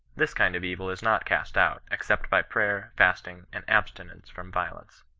this kind of evil is not cast out, except by prayer, fasting, and abstinence from violence.